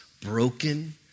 broken